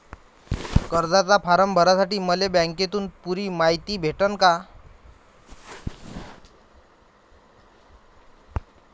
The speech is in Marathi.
कर्जाचा फारम भरासाठी मले बँकेतून पुरी मायती भेटन का?